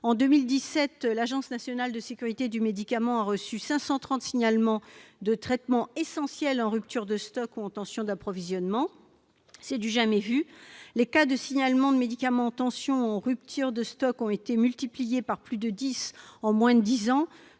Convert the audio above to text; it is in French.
En 2017, l'Agence nationale de sécurité du médicament a reçu 530 signalements de traitements « essentiels » en rupture de stock ou en tension d'approvisionnement. C'est du jamais-vu. Le nombre des cas de signalement de médicaments en tension d'approvisionnement ou en rupture de stock a été multiplié par plus de dix en moins de dix ans.